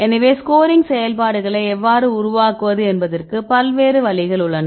எனவே ஸ்கோரிங் செயல்பாடுகளை எவ்வாறு உருவாக்குவது என்பதற்கு பல்வேறு வழிகள் உள்ளன